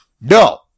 No